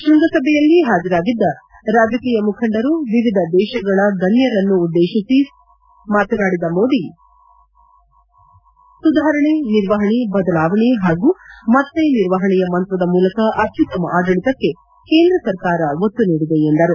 ಶ್ವಂಗಸಭೆಯಲ್ಲಿ ಹಾಜರಾಗಿದ್ದ ರಾಜಕೀಯ ಮುಖಂಡರು ವಿವಿಧ ದೇಶಗಳ ಗಣ್ಣರನ್ನು ಉದ್ಲೇತಿಸಿ ಮಾತನಾಡಿದ ಮೋದಿ ಸುಧಾರಣೆ ನಿರ್ವಹಣೆ ಬದಲಾವಣೆ ಪಾಗೂ ಮತ್ತೆ ನಿರ್ವಹಣೆಯ ಮಂತ್ರದ ಮೂಲಕ ಅತ್ಯುತ್ತಮ ಆಡಳಿತಕ್ಕೆ ಕೇಂದ್ರ ಸರ್ಕಾರ ಒತ್ತು ನೀಡಿದೆ ಎಂದರು